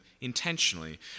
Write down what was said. intentionally